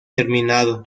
terminado